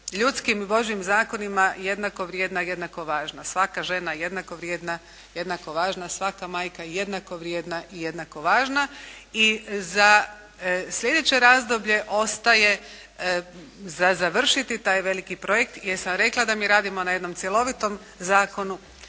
ljudskim i Božjim zakonima jednako vrijedna i jednako važna. Svaka žena jednako vrijedna i jednako važna. Svaka majka je jednako vrijedna i jednako važna. I za sljedeće razdoblje ostaje za završiti taj veliki projekt jer sam rekla da mi radimo na jednom cjelovitom zakonu,